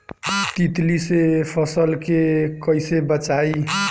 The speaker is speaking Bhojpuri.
तितली से फसल के कइसे बचाई?